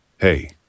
Hey